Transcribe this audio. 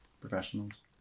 professionals